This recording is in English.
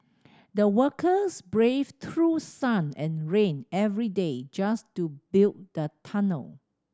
the workers braved through sun and rain every day just to build the tunnel